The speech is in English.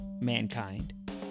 mankind